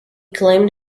claimed